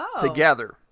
together